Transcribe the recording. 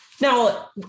now